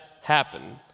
happen